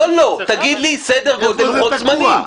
תגיד לי סדר גודל של לוחות זמנים.